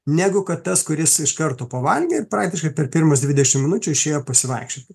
negu kad tas kuris iš karto pavalgė ir praktiškai per pirmus dvidešim minučių išėjo pasivaikščioti